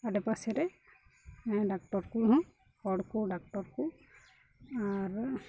ᱟᱰᱮ ᱯᱟᱥᱮ ᱨᱮ ᱰᱟᱠᱴᱚᱨ ᱠᱚᱦᱚᱸ ᱦᱚᱲ ᱠᱚ ᱰᱟᱠᱛᱚᱨ ᱠᱚ ᱟᱨ